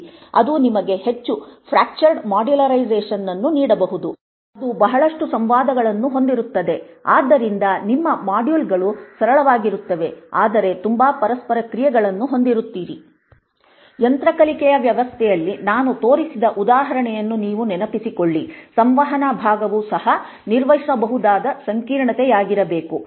ಅದು ನಿಮಗೆ ಹೆಚ್ಚು ಫ್ರಾಕ್ಚರೆಡ್ ಮಾಡ್ಯುಲರೈಸೇಶನ್ ಅನ್ನು ನೀಡಬಹುದು ಅದು ಬಹಳಷ್ಟು ಸಂವಾದಗಳನ್ನು ಹೊಂದಿರುತ್ತದೆ ಆದ್ದರಿಂದ ನಿಮ್ಮ ಮಾಡ್ಯೂಲ್ಗಳು ಸರಳವಾಗಿರುತ್ತವೆ ಆದರೆ ತುಂಬಾ ಪರಸ್ಪರ ಕ್ರಿಯೆಗಳನ್ನು ಹೊಂದಿರುತ್ತೀರಿ ಯಂತ್ರ ಕಲಿಕೆ ವ್ಯವಸ್ಥೆಯಲ್ಲಿ ನಾನು ತೋರಿಸಿದ ಉದಾಹರಣೆಯನ್ನು ನೀವು ನೆನಪಿಸಿಕೊಳ್ಳಿ ಸಂವಹನ ಭಾಗವು ಸಹ ನಿರ್ವಹಿಸಬಹುದಾದ ಸಂಕೀರ್ಣತೆಯಾಗಿರಬೇಕು